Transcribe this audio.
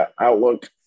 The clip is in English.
outlook